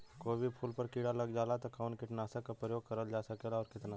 कोई भी फूल पर कीड़ा लग जाला त कवन कीटनाशक क प्रयोग करल जा सकेला और कितना?